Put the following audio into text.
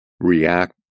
react